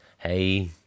Hey